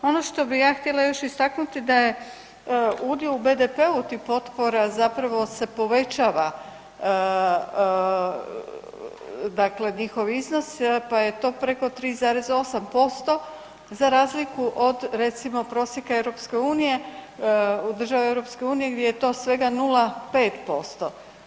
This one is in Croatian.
Ono što bih ja htjela još istaknuti da je udio u BDP-u tih potpora zapravo se povećava, dakle njihov iznos pa je to preo 3,8% za razliku od recimo prosjeka EU, država EU gdje je to svega 0,5%